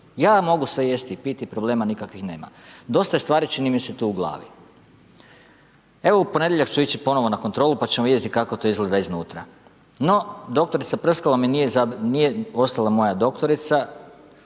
Ja mogu sve jesti i piti, problema nikakvih nema. Dosta je stvari čini mi se tu u glavi. Evo, u ponedjeljak ću ići ponovo na kontrolu, pa ćemo vidjeti kako to izgleda iznutra. No, doktorica Prskalo mi nije ostala moja doktorica,